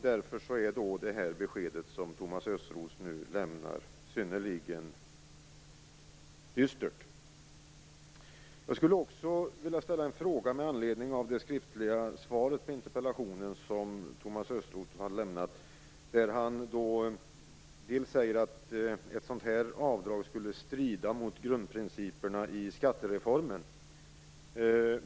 Därför är det besked som Thomas Östros nu lämnar synnerligen dystert. Thomas Östros har lämnat. Där säger han att ett sådant här avdrag skulle strida mot grundprinciperna i skattereformen.